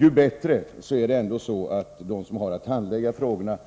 Dess bättre är det så att de som har att handlägga frågorna